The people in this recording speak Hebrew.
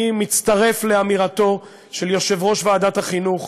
אני מצטרף לאמירתו של יושב-ראש ועדת החינוך,